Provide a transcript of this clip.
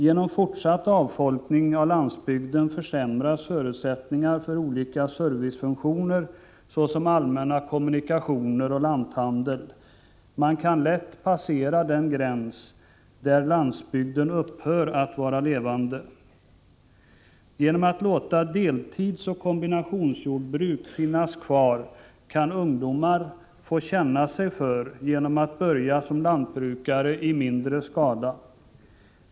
Genom fortsatt avfolkning av landsbygden försämras förutsättningarna för olika servicefunktioner, såsom allmänna kommunikationer och lanthandel. Man kan lätt passera den gräns där landsbygden upphör att vara levande. Genom att låta deltidsoch kombinationsjordbruk finnas kvar kan ungdomar få ”känna sig för” genom att börja som lantbrukare i mindre skala.